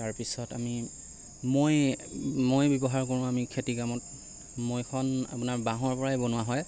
তাৰ পিছত আমি মৈ মৈ ব্যৱহাৰ কৰোঁ আমি খেতিৰ কামত মৈখন আপোনাৰ বাঁহৰ পৰাই বনোৱা হয়